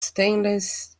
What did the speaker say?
stainless